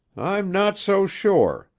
i'm not so sure.